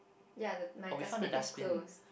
ya the my dustbin is closed